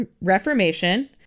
Reformation